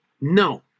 No